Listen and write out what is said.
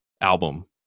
album